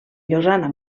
llosana